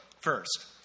first